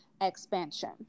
expansion